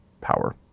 power